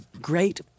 Great